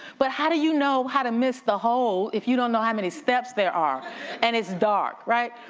but how do you know how to miss the hole if you don't know how many steps there are and it's dark, right?